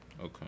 Okay